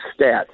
stats